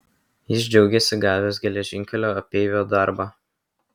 jis džiaugėsi gavęs geležinkelio apeivio darbą